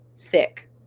thick